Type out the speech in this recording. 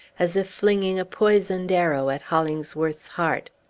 as if flinging a poisoned arrow at hollingsworth's heart.